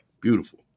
Beautiful